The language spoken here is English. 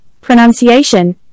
pronunciation